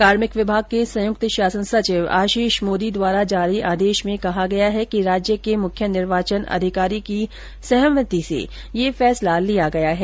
कार्मिक विभाग के संयुक्त शासन सचिव आशीष मोदी द्वारा जारी आदेश में कहा गया कि राज्य के मुख्य निवार्चन अधिकारी की सहमति से यह फैसला लिया गया है